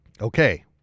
Okay